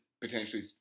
Potentially